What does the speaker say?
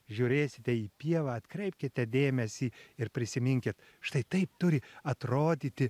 žiūrėsite į pievą atkreipkite dėmesį ir prisiminkit štai taip turi atrodyti